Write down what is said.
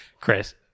Chris